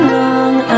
long